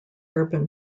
urban